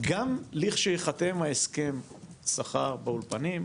גם ליך שייחתם ההסכם שכר באולפנים,